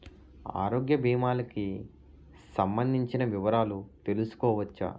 ఆరోగ్య భీమాలకి సంబందించిన వివరాలు తెలుసుకోవచ్చా?